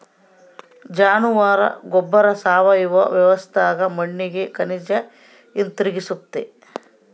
ಜಾನುವಾರ ಗೊಬ್ಬರ ಸಾವಯವ ವ್ಯವಸ್ಥ್ಯಾಗ ಮಣ್ಣಿಗೆ ಖನಿಜ ಹಿಂತಿರುಗಿಸ್ತತೆ